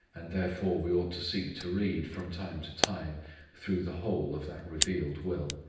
and therefore we ought to seek to read from time to time through the whole of that revealed will.